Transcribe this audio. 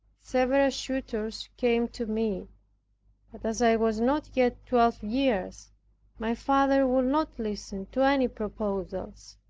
several suitors came to me but as i was not yet twelve years my father would not listen to any proposals.